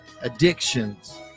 addictions